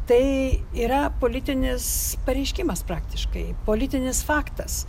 tai yra politinis pareiškimas praktiškai politinis faktas